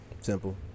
Simple